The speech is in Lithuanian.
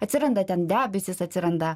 atsiranda ten debesys atsiranda